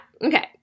okay